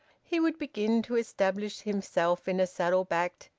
he would begin to establish himself in a saddle-backed,